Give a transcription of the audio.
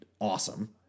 awesome